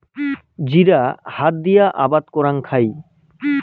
জিরা হাত দিয়া আবাদ করাং খাই